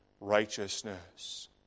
righteousness